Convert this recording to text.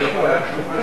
אני יכול להשיב?